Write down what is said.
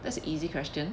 that's a easy question